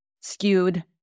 skewed